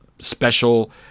special